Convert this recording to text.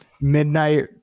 midnight